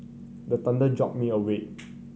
the thunder jolt me awake